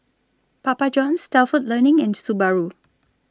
Papa Johns Stalford Learning and Subaru